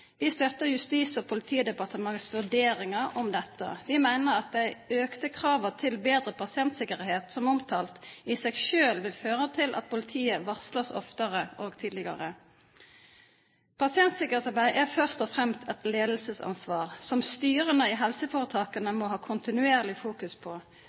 Vi støtter Justis- og politidepartementets vurderinger om dette. Vi mener at de økte kravene til bedre pasientsikkerhet, som omtalt, i seg sjøl vil føre til at politiet varsles oftere og tidligere. Pasientsikkerhetsarbeid er først og fremst et ledelsesansvar, som styrene i helseforetakene må ha kontinuerlig fokus på.